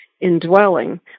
indwelling